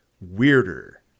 weirder